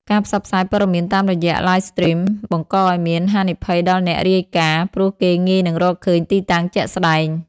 ការផ្សព្វផ្សាយព័ត៌មានតាមរយៈ Live Stream បង្កឱ្យមានហានិភ័យដល់អ្នករាយការណ៍ ព្រោះគេងាយនឹងរកឃើញទីតាំងជាក់ស្តែង។